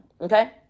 Okay